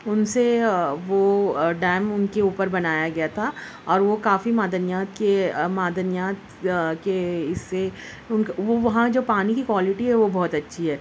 ان سے وہ ڈیم ان کے اوپر بنایا گیا تھا اور وہ کافی معدنیات کے معدنیات کے اس سے ان کا وہ وہاں جو پانی کی کوائلٹی ہے وہ بہت اچھی ہے